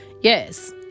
yes